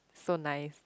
so nice